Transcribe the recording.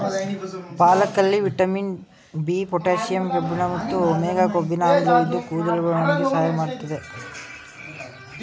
ಪಾಲಕಲ್ಲಿ vitamin B, potassium ಕಬ್ಬಿಣ ಮತ್ತು omega ಕೊಬ್ಬಿನ ಆಮ್ಲವಿದ್ದು ಕೂದಲ ಬೆಳವಣಿಗೆಗೆ ಸಹಾಯ ಮಾಡ್ತದೆ